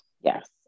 yes